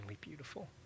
beautiful